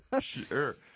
Sure